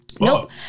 Nope